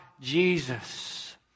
Jesus